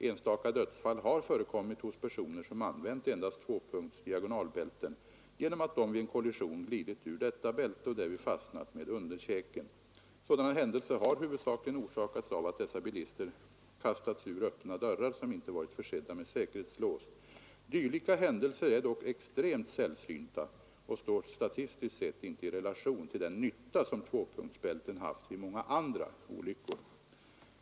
Enstaka dödsfall har förekommit hos personer, som använt endast tvåpunkts-diagonalbälten genom att de vid en kollision glidit ur detta diagonalbälte och därvid fastnat med underkäken. Sådana händelser har huvudsakligen orsakats av att dessa bilister kastats ur öppna dörrar som inte varit försedda med säkerhetslås. Dylika händelser är dock extremt sällsynta och står statistiskt sett inte i relation till den nytta som tvåpunktsbälten haft vid många andra olyckor.